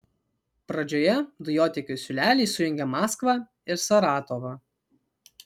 pradžioje dujotiekių siūleliai sujungia maskvą ir saratovą